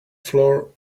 floor